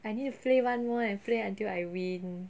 I need to play one more and play until I win